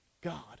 God